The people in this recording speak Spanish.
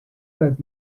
las